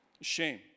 Shame